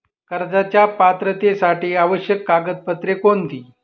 कर्जाच्या पात्रतेसाठी आवश्यक कागदपत्रे कोणती?